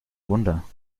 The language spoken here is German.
wunder